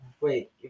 Wait